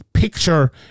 Picture